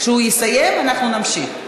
כשהוא יסיים, אנחנו נמשיך.